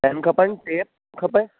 pan खपनि tape खपे